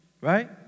right